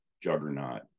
juggernaut